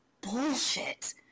bullshit